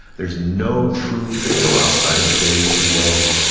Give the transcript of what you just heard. there's no truth, there's no outside of the cave, if you will.